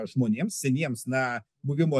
žmonėms seniems na buvimo